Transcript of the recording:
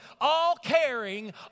all-caring